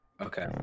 Okay